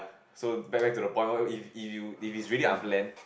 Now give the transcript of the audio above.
so back back to the point what if if you if it's really unplanned